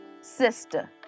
sister